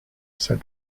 said